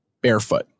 barefoot